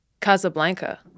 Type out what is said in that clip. Casablanca